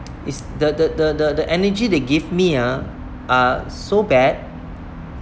is the the the the the energy they give me ah are so bad